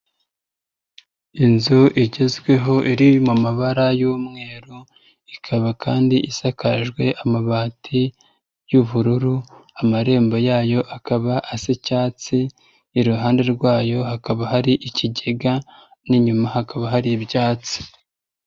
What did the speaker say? Inzu igezweho iri mu mabara y'umweru, ikaba kandi isakajwe amabati y'ubururu, amarembo yayo akaba asa icyatsi, iruhande rwayo hakaba hari ikigega n'inyuma hakaba hari ibyatsi.